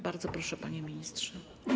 Bardzo proszę, panie ministrze.